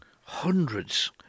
hundreds